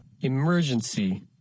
Emergency